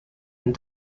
and